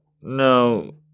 no